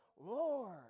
Lord